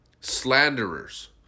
slanderers